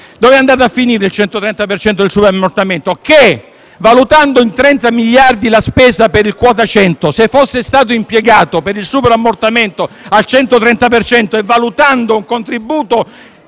Dov'è andato a finire il 130 per cento di superammortamento? Valutando in 30 miliardi la spesa per quota 100, se fosse stata impiegata per il superammortamento al 130 per cento, e valutando un contributo